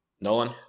nolan